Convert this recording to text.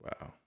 Wow